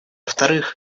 вторых